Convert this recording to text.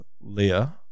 Leah